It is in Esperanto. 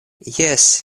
jes